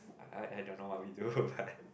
I I don't know what we do but